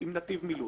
עם נתיב מילוט,